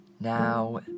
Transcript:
Now